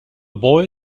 boy